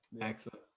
Excellent